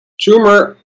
Tumor